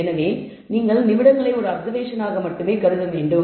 எனவே நீங்கள் நிமிடங்களை ஒரு அப்ராக்ஸிமேஷன் ஆக மட்டுமே கருத வேண்டும்